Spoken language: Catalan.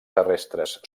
terrestres